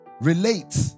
relate